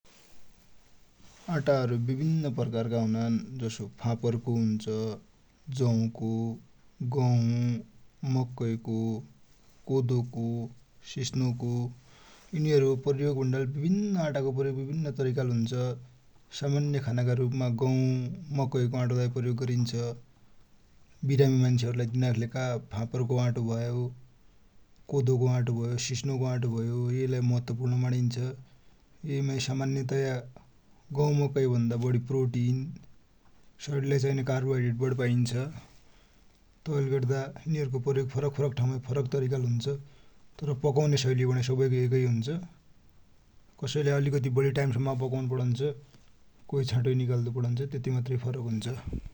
आटा हरु बिभिन्न प्रकार का हुन्छन । जसो फापर को हुन्छ ,गहु को, जौ को, मकै को, कोदो को, सिस्नो को। यीनिहरु को प्रयोग भन्डा ले बिभिन्न आटा हरु को प्रयोग बिभिन्न तरिका ले हुन्छ । सामान्य खाना का रुप माइ गौ ,मकै को आटो लाइ प्रयोग गरिन्छ। बिरामि मान्छे लाइ दिन फापर को आटो, कोदो को आटो भयो, सिस्नो को आटो भयो यैलाइ महत्वोपुर्ण मानिन्छ । यै माइ सामान्यतया गहु, मकै भन्दा प्रोटिन, सरिर लाइ चाइने कार्बोहाइड्रेट पाइन्छ। तैले गर्दा यिनिहरु को प्रयोग फरक फरक ठाउ माइ फरक फरक तरिका ले हुन्छ तर पकौने सैलि भन्या सबै को एकै हुछ । कसैलाइ अलि बडी टाइम सम्म पकौनु परन्छ कसै लाइ छिटो निकल्दु परन्छ। तेति मात्रै फरक हुन्छ ।